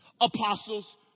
apostles